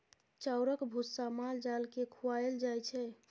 चाउरक भुस्सा माल जाल केँ खुआएल जाइ छै